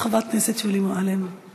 את חברת הכנסת שולי מועלם-רפאלי.